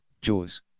jaws